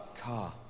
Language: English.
car